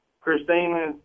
christina